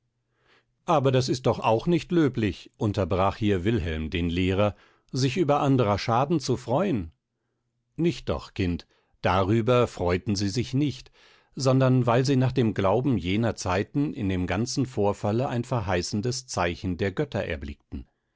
aber das ist doch auch nicht löblich unterbrach hier wilhelm den lehrer sich über anderer schaden zu freuen nicht doch kind darüber freuten sie sich nicht sondern weil sie nach dem glauben jener zeiten in dem ganzen vorfalle ein verheißendes zeichen der götter erblickten